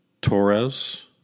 Torres